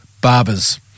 Barbers